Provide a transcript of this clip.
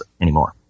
anymore